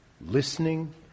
listening